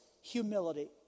humility